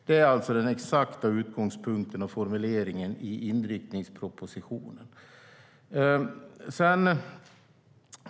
Det är den exakta utgångspunkten och formuleringen i inriktningspropositionen.